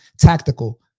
tactical